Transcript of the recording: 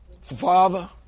Father